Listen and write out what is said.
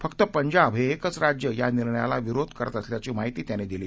फक्त पंजाब हे एकच राज्य या निर्णयाला विरोध करत असल्याची माहिती त्यांनी दिली